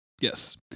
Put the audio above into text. Yes